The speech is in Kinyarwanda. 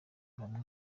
bamwe